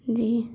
जी